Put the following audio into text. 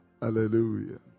Hallelujah